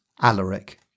Alaric